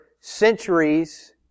centuries